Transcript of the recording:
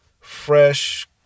fresh